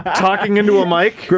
talking into a mic,